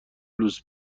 لوس